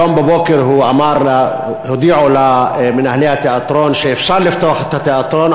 היום בבוקר הודיעו למנהלי התיאטרון שאפשר לפתוח את התיאטרון,